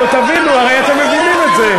נו, תבינו, הרי אתם מבינים את זה.